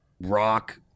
Rock